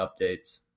updates